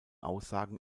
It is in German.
aussagen